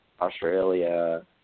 Australia